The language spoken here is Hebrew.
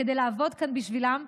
כדי לעבוד כאן בשבילם,